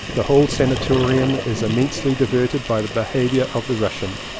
the whole sanatorium is immensely di verted by the behaviour of the russian.